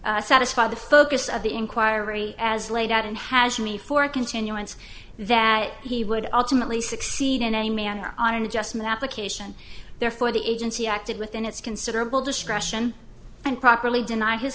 satisfy the focus of the inquiry as laid out and has me for a continuance that he would ultimately succeed in any manner on an adjustment application therefore the agency acted within its considerable discretion and properly deny his